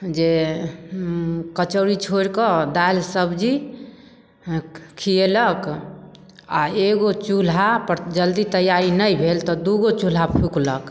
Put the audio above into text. जे कचौड़ी छोड़िकऽ दालि सब्जी खिएलक आओर एगो चुल्हापर जल्दी तैआरी नहि भेल तऽ दुइगो चुल्हा फुकलक